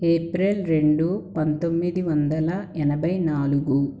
April రెండు పంతొమ్మిది వందల ఎనభై నాలుగు